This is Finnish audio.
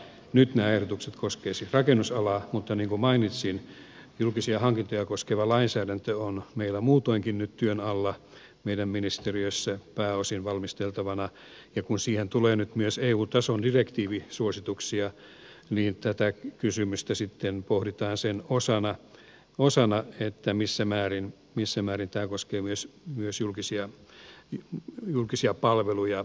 nyt nämä ehdotukset koskevat siis rakennusalaa mutta niin kuin mainitsin julkisia hankintoja koskeva lainsäädäntö on meillä muutoinkin nyt työn alla meidän ministeriössä pääosin valmisteltavana ja kun siihen tulee nyt myös eu tason direktiivisuosituksia niin tätä kysymystä sitten pohditaan sen osana missä määrin tämä koskee myös julkisia palveluja